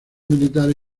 militares